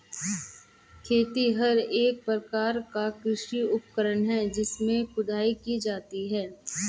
खेतिहर एक प्रकार का कृषि उपकरण है इससे खुदाई की जाती है